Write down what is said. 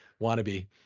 wannabe